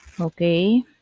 okay